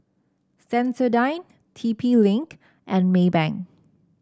Sensodyne T P Link and Maybank